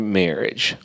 marriage